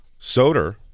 Soder